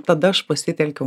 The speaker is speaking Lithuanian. tada aš pasitelkiau